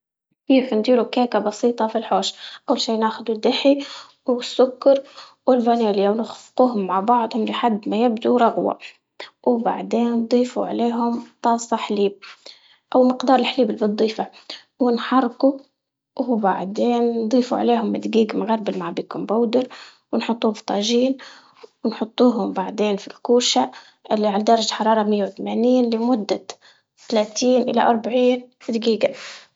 كيف نديروا كيكة بسيطة في الحوش؟ أول شي ناخدوا الدحي والسكر والفانيليا ونخفقهم مع بعضهم لحد ما لحد ما يبدو رغوة بعدين نضيفوا عليهم طاسة حليب أو مقدار الحليب اللي بتضيفه، ونحركه وبعدين نضيفوا عليهم دقيق مغربل مع بيكنج باودر ونحطه في طاجين ونحطوهم بعدين في الكوشة اللي على درجة حرارة مئة وثمانين لمدة ثلاثين إلى أربعين دقيقة.